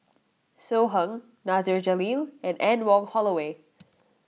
So Heng Nasir Jalil and Anne Wong Holloway